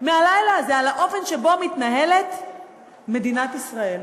מהלילה הזה על האופן שבו מתנהלת מדינת ישראל?